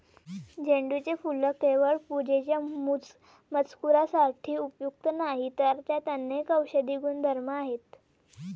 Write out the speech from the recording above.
झेंडूचे फूल केवळ पूजेच्या मजकुरासाठी उपयुक्त नाही, तर त्यात अनेक औषधी गुणधर्म आहेत